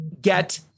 get